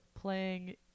playing